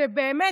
זה באמת,